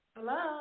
Hello